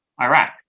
Iraq